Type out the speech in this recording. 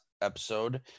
episode